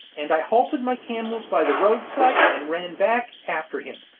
and i halted my camels by the roadside, and ran back after him.